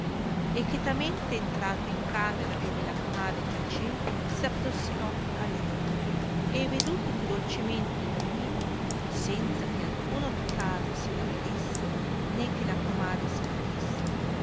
e chetamente entrato in camera dove la comare giaceva s'approssimò a lei e veduto che dolcemente dormiva senza che alcuno di casa se n'avedesse né che la comare sentisse